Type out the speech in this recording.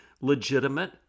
legitimate